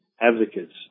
advocates